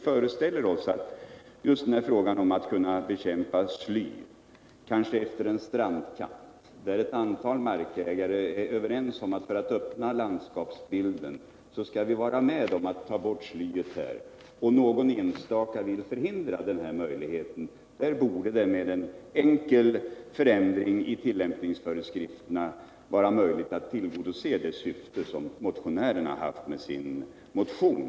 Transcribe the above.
När det gäller att bekämpa sly, kanske efter en strandkant där ett antal markägare är överens om att öppna landskapet bl.a. genom att ta bort sly men någon enstaka vill förhindra den möjligheten, borde det med en enkel förändring av 178 tillämpningsföreskrifterna vara möjligt att tillgodose det syfte som motio nären har haft med sin motion.